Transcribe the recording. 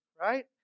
Right